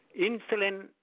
Insulin